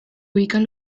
ubican